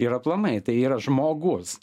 ir aplamai tai yra žmogus